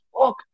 fuck